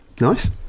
nice